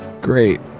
Great